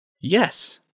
Yes